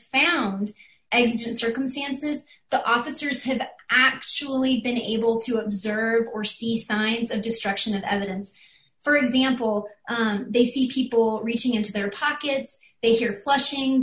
found a certain circumstances that officers have actually been able to observe or see signs of destruction of evidence for example they see people reaching into their pockets they hear flashing